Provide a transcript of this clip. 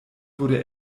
wurde